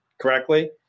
correctly